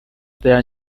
their